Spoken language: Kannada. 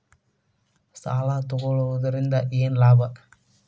ಸಾಲ ತಗೊಳ್ಳುವುದರಿಂದ ಏನ್ ಲಾಭ?